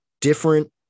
different